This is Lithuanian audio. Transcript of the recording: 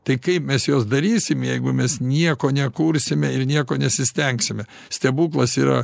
tai kaip mes juos darysim jeigu mes nieko nekursime ir nieko nesistengsime stebuklas yra